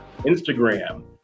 Instagram